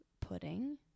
pudding